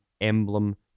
emblem